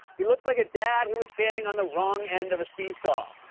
he looks like a dad who was standing on the wrong end of a seesaw.